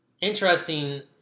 Interesting